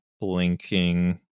blinking